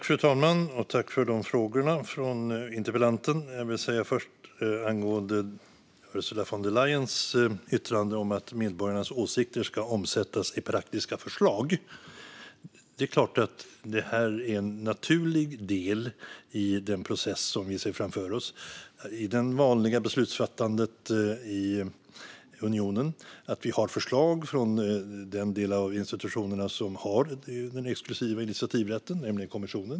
Fru talman! Tack för de frågorna från interpellanten! Jag vill först säga något angående Ursula von der Leyens yttrande om att medborgarnas åsikter ska omsättas i praktiska förslag. Det är klart att det är en naturlig del i den process som vi ser framför oss. Det vanliga beslutsfattandet i unionen är att vi har förslag från den del av institutionerna som har den exklusiva initiativrätten, nämligen kommissionen.